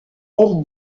elle